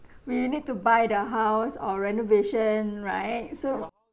we need to buy the house or renovation right so